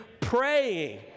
praying